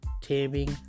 taming